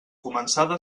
començada